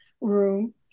room